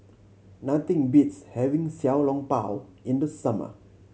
nothing beats having Xiao Long Bao in the summer